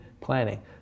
planning